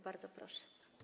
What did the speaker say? Bardzo proszę.